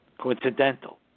coincidental